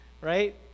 right